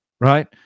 right